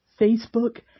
Facebook